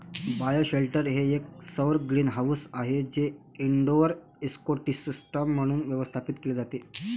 bioshelter हे एक सौर ग्रीनहाऊस आहे जे इनडोअर इकोसिस्टम म्हणून व्यवस्थापित केले जाते